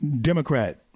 Democrat